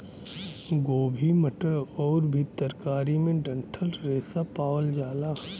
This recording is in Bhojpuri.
गोभी मटर आउर भी तरकारी में डंठल रेशा पावल जाला